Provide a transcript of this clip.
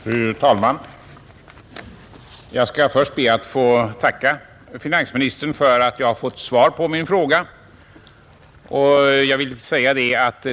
Fru talman! Jag skall först be att få tacka finansministern för att jag har fått svar på min interpellation.